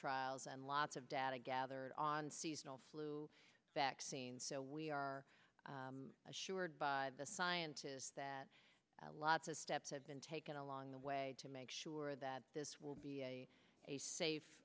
trials and lots of data gathered on seasonal flu vaccine so we are assured by the scientists that lots of steps have been taken along the way to make sure that this will be a